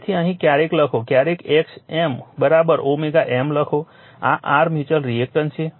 તેથી અહીં ક્યારેક લખો ક્યારેક x M M લખો આ r મ્યુચ્યુઅલ રિએક્ટન્સ છે